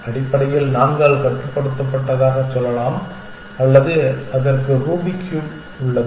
அடிப்படையில் நான்கால் கட்டுப்படுத்தப்பட்டதாகச் சொல்லலாம் அல்லது அதற்கு ரூபிக் க்யூப் உள்ளது